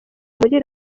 muri